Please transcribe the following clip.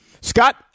Scott –